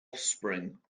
offspring